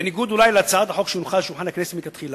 אולי בניגוד להצעת החוק שהונחה על שולחן הכנסת מלכתחילה,